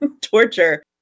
torture